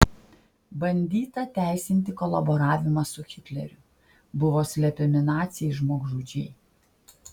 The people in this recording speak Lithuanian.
bandyta teisinti kolaboravimą su hitleriu buvo slepiami naciai žmogžudžiai